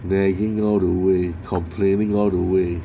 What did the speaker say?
nagging all the way complaining all the way